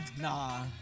Nah